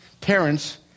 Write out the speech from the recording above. Parents